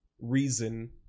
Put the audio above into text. reason